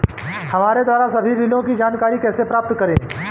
हमारे द्वारा सभी बिलों की जानकारी कैसे प्राप्त करें?